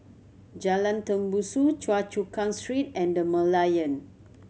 Jalan Tembusu Choa Chu Kang Street and The Merlion